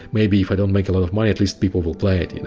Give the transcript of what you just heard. maybe if i don't make a lot of money at least people will play it, and